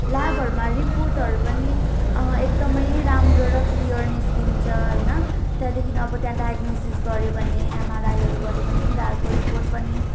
ल्याबहरूमा रिपोर्टहरू पनि एकदमै राम्रो र क्लियर निस्किन्छ होइन त्यहाँदेखि अब त्यहाँ डायगोनिसिस गर्यौँ भने एमआरआईहरू गर्यौँ भने तिनीहरूको रिपोर्ट पनि